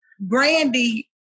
Brandy